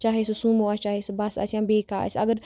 چاہے سُہ سوٗموٗ آسہِ چاہے سُہ بَس آسہِ یا بیٚیہِ کانٛہہ آسہِ اگر